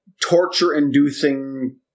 torture-inducing